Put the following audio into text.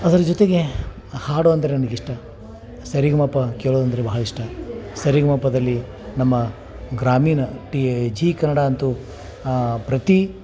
ಅದರ ಜೊತೆಗೆ ಹಾಡು ಅಂದರೆ ನನ್ಗೆ ಇಷ್ಟ ಸರಿಗಮಪ ಕೇಳೋದಂದರೆ ಬಹಳ ಇಷ್ಟ ಸರಿಗಮಪದಲ್ಲಿ ನಮ್ಮ ಗ್ರಾಮೀನ ಟೀ ಜೀ ಕನ್ನಡ ಅಂತೂ ಪ್ರತಿ